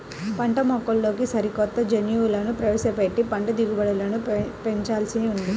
పంటమొక్కల్లోకి సరికొత్త జన్యువులు ప్రవేశపెట్టి పంట దిగుబడులను పెంచాల్సి ఉంది